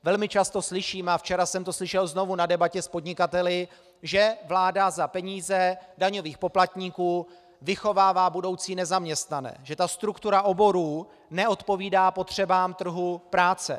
Velmi často slyším, a včera jsem to slyšel znovu na debatě s podnikateli, že vláda za peníze daňových poplatníků vychovává budoucí nezaměstnané, že ta struktura oborů neodpovídá potřebám trhu práce.